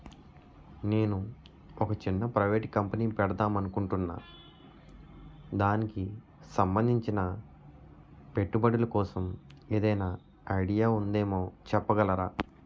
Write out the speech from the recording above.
నేను ఒక చిన్న ప్రైవేట్ కంపెనీ పెడదాం అనుకుంటున్నా దానికి సంబందించిన పెట్టుబడులు కోసం ఏదైనా ఐడియా ఉందేమో చెప్పగలరా?